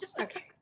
Okay